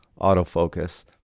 autofocus